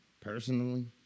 personally